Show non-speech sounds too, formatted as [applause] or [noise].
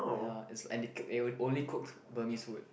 ya is and they [noise] only cook Burmese food